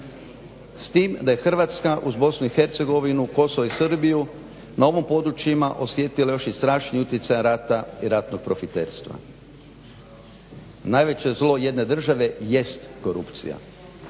s tim da je Hrvatska uz Bosnu i Hercegovinu, Kosovo i Srbiju na ovim područjima osjetila još i strašniji utjecaj rata i ratnog profiterstva. Najveće zlo jedne države jest korupcija.